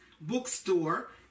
bookstore